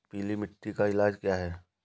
पीली मिट्टी का इलाज क्या है?